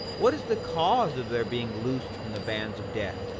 what is the cause of their being loosed from the bands of death,